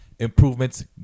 improvements